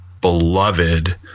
beloved